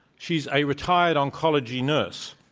she's a retired oncolo gy nurse,